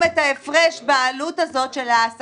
שהשלטון המקומי ישים את ההפרש בעלות הזאת של העסקה.